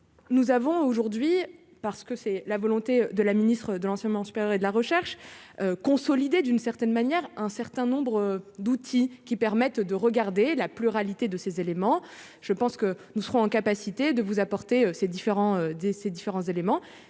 nous avons aujourd'hui parce que c'est la volonté de la ministre de l'enseignement supérieur et de la recherche consolider d'une certaine manière, un certain nombre d'outils qui permettent de regarder la. Pluralité de ces éléments, je pense que nous serons en capacité de vous apporter c'est différents des